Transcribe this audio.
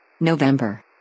November